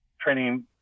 training